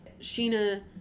Sheena